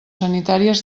sanitàries